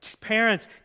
Parents